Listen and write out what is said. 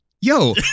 Yo